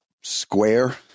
square